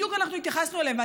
בדיוק התייחסנו אליהם,